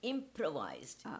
Improvised